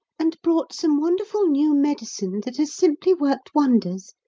and brought some wonderful new medicine that has simply worked wonders.